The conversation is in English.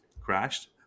crashed